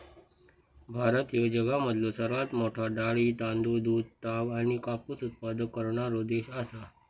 भारत ह्यो जगामधलो सर्वात मोठा डाळी, तांदूळ, दूध, ताग आणि कापूस उत्पादक करणारो देश आसा